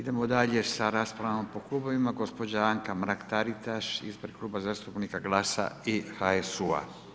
Idemo dalje sa raspravama po klubovima, gospođa Anka Mrak-Taritaš ispred Kluba zastupnika GLAS-a i HSU-a.